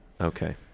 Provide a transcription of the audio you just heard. Okay